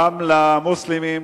גם למוסלמים,